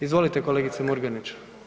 Izvolite kolegice Murganić.